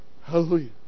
hallelujah